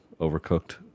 Overcooked